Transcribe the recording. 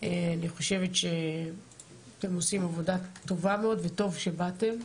אני חושבת שאתם עושים עבודה טובה מאוד וטוב שבאתם.